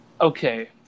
Okay